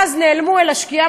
ואז נעלמו אל השקיעה,